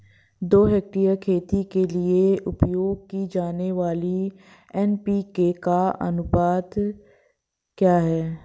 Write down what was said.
दो हेक्टेयर खेती के लिए उपयोग की जाने वाली एन.पी.के का अनुपात क्या है?